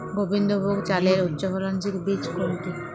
গোবিন্দভোগ চালের উচ্চফলনশীল বীজ কোনটি?